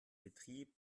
betrieb